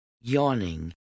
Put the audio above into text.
yawning